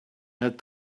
had